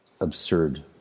absurd